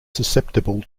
susceptible